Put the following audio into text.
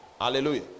Hallelujah